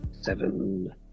Seven